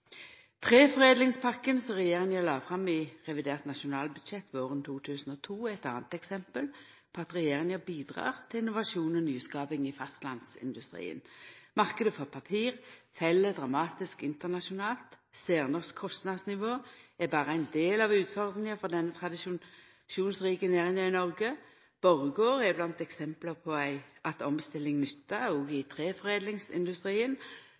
som regjeringa la fram i revidert nasjonalbudsjett våren 2012, er eit anna eksempel på at regjeringa bidreg til innovasjon og nyskaping i fastlandsindustrien. Marknaden for papir fell dramatisk internasjonalt. Særnorsk kostnadsnivå er berre ein del av utfordringa for denne tradisjonsrike næringa i Noreg. Borregaard er blant eksempla på at omstilling